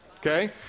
Okay